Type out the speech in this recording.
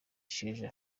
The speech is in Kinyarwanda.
isheja